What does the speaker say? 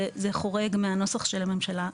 זה חורג מהנוסח של הממשלה,